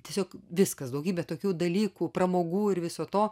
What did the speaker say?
tiesiog viskas daugybė tokių dalykų pramogų ir viso to